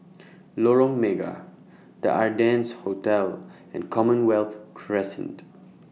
Lorong Mega The Ardennes Hotel and Commonwealth Crescent